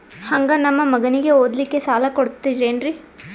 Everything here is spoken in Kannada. ಹಂಗ ನಮ್ಮ ಮಗನಿಗೆ ಓದಲಿಕ್ಕೆ ಸಾಲ ಕೊಡ್ತಿರೇನ್ರಿ?